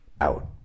out